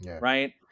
right